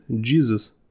Jesus